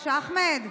אחמד,